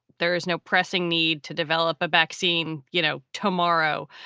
there is no pressing need to develop a vaccine. you know, tomorrow.